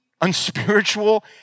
unspiritual